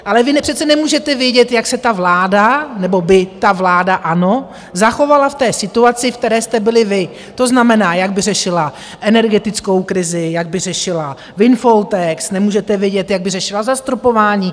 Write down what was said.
Ale vy přece nemůžete vědět, jak se ta vláda nebo by ta vláda ANO zachovala v té situaci, v které jste byli vy, to znamená, jak by řešila energetickou krizi, jak by řešila windfall tax, nemůžete vědět, jak by řešila zastropování.